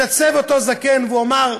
התעצב אותו זקן ואמר: